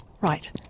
Right